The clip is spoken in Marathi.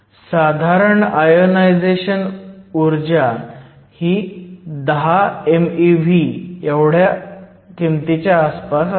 साधारण आयोनायझेशन ऊर्जा ही 10 meV च्या आसपास असते